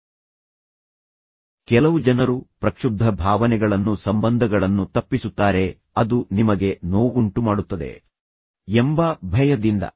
ಆದ್ದರಿಂದ ಕೆಲವು ಜನರು ಮಾನವ ಸಂಬಂಧಗಳಲ್ಲಿ ತೊಡಗಿಸಿಕೊಳ್ಳಲು ಹೆದರುತ್ತಾರೆ ಮತ್ತು ಕೆಲವು ಜನರು ಪ್ರಕ್ಷುಬ್ಧ ಭಾವನೆಗಳನ್ನು ಸಂಬಂಧಗಳನ್ನು ತಪ್ಪಿಸುತ್ತಾರೆ ಅದು ನಿಮಗೆ ನೋವುಂಟು ಮಾಡುತ್ತದೆ ಎಂಬ ಭಯದಿಂದ